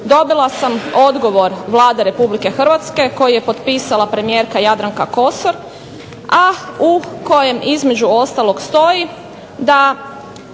dobila sam odgovor od Vlade Republike Hrvatske koji je potpisala premijerka Jadranka Kosor a u kojem između ostalog stoji da